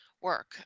work